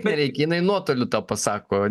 nereikia jinai nuotoliu tą pasako